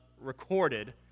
recorded